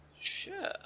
Sure